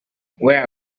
where